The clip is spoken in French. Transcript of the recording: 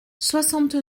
soixante